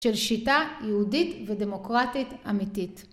של שיטה יהודית ודמוקרטית אמיתית.